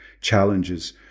challenges